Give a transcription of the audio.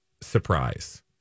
surprise